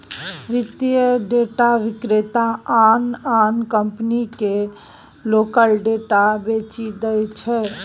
वित्तीय डेटा विक्रेता आन आन कंपनीकेँ लोकक डेटा बेचि दैत छै